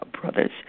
brothers